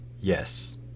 Yes